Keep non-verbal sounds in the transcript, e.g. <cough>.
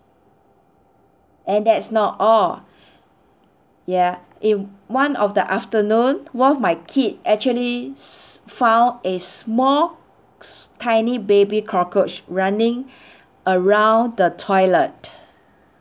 and that's not all ya in one of the afternoon one of my kid actually s~ found a small s~ tiny baby cockroach running <breath> around the toilet